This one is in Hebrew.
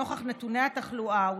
נוכח נתוני התחלואה,